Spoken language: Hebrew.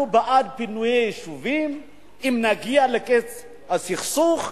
אנחנו בעד פינוי יישובים אם נגיע לקץ הסכסוך,